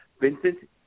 Vincent